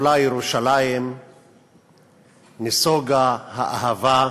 כשנפלה ירושלים נסוגה האהבה,